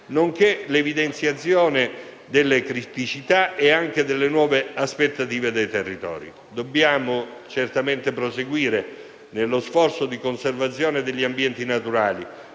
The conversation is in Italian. nonché le criticità e anche le nuove aspettative dei territori. Dobbiamo certamente proseguire nello sforzo di conservazione degli ambienti naturali,